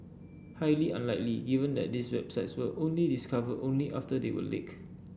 highly unlikely given that these websites were only discovered only after they were leaked